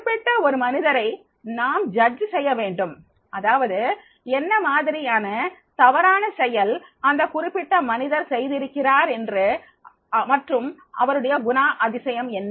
குறிப்பிட்டஒரு மனிதரை நாம் மதிப்பீடு செய்யவேண்டும் அதாவது என்ன மாதிரியான தவறான செயல் அந்தக் குறிப்பிட்ட மனிதர் செய்திருக்கிறார் மற்றும் அவருடைய குணாதிசயம் என்ன